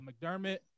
McDermott